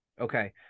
Okay